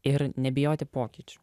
ir nebijoti pokyčių